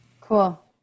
Cool